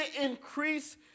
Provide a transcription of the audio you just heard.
increase